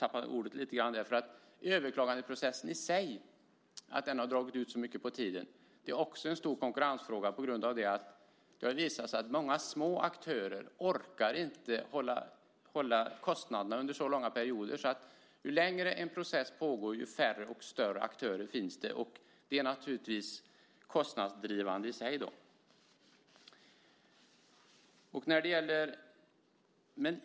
Att överklagandeprocessen i sig har dragit ut så mycket på tiden är också en stor konkurrensfråga på grund av att det visat sig att många små aktörer inte orkar hålla nere kostnaderna under så långa perioder. Ju längre en process pågår, desto färre och större aktörer finns det. Det är naturligtvis kostnadsdrivande i sig.